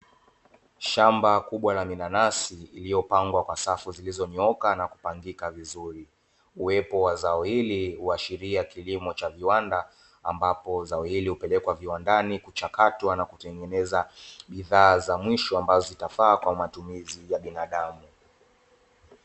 Shamba kubwa la minanasi iliyopangwa kwa safu zilizonyooka na kupangika vizuri. Uwepo wa zao hili huashiria kilimo cha viwanda ambapo zao hili hupelekwa viwandani kuchakatwa na kutengeneza bidhaa za mwisho ambazo zitafaa kwa matumizi ya binadamu.